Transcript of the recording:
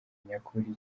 nyakuri